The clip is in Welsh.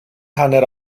hanner